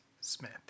Smith